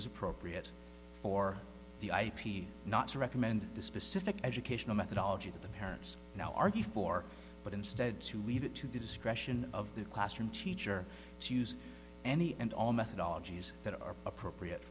was appropriate for the ip not to recommend the specific educational methodology that the parents now argue for but instead to leave it to the discretion of the classroom teacher to use any and all methodology is that are appropriate